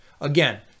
Again